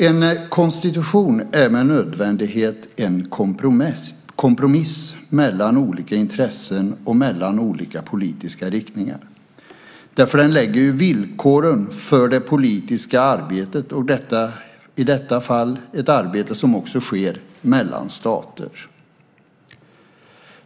En konstitution är med nödvändighet en kompromiss mellan olika intressen och mellan olika politiska riktningar därför att den fastlägger villkoren för det politiska arbetet - i detta fall ett arbete som också sker mellan stater.